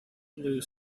blue